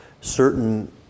certain